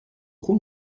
com